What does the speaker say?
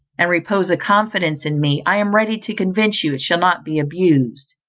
and repose a confidence in me, i am ready to convince you it shall not be abused.